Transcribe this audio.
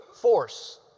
force